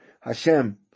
Hashem